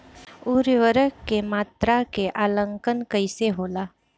उर्वरक के मात्रा के आंकलन कईसे होला?